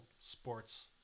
sports